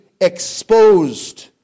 exposed